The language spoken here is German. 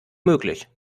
möglich